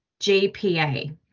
GPA